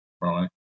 right